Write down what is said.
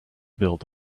build